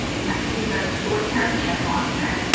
and that can be both short-term and longterm.